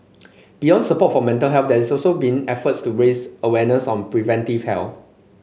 beyond support for mental have there also been efforts to raise awareness on preventive health